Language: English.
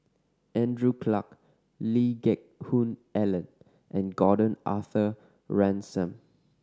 Andrew Clarke Lee Geck Hoon Ellen and Gordon Arthur Ransome